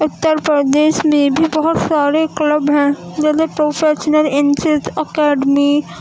اترپردیش میں بھی بہت سارے کلب ہیں جیسے پروفیچنل انسد اکیڈمی